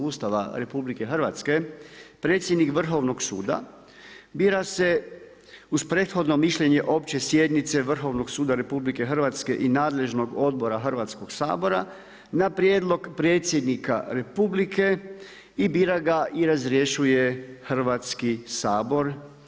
Ustava RH, predsjednik Vrhovnog suda bira se uz prethodno mišljenje Opće sjednice Vrhovnog suda RH i nadležnog odbora Hrvatskog sabora na prijedlog predsjednika Republike, i bira ga i razrješuje Hrvatski sabor.